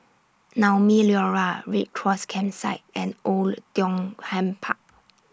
Naumi Liora Red Cross Campsite and Oei Tiong Ham Park